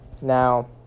Now